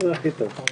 זה הכי טוב.